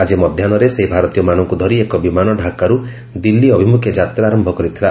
ଆଜି ମଧ୍ୟାହୁରେ ସେହି ଭାରତୀୟମାନଙ୍କୁ ଧରି ଏକ ବିମାନ ଢାକାରୁ ଦିଲ୍ଲୀ ଅଭିମୁଖେ ଯାତ୍ରା ଆରମ୍ଭ କରିଥିଲା